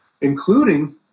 including